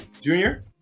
Junior